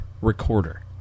Recorder